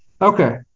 Okay